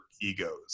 egos